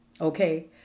Okay